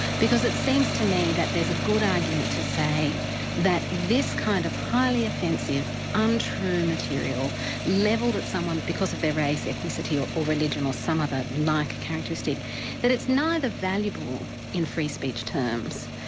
because it seems to me that there's a good argument to say that this kind of highly offensive, untrue material levelled at someone because of their race, ethnicity or or religion, or some other like characteristic that it's neither valuable in free speech terms.